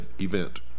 event